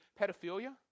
pedophilia